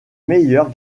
meilleure